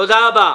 תודה רבה.